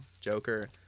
joker